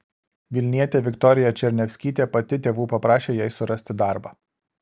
vilnietė viktorija černiavskytė pati tėvų paprašė jai surasti darbą